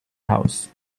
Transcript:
house